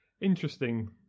Interesting